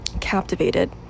captivated